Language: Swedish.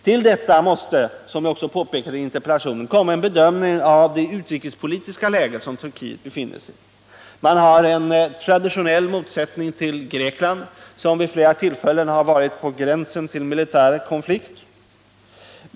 Till detta måste, som jag påpekade i interpellationen, komma en bedömning av det utrikespolitiska läge som Turkiet befinner sig i. Man har där en traditionell motsättning till Grekland som vid flera tillfällen gjort att man varit på gränsen till en militär konflikt.